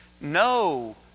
no